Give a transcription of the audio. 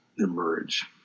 emerge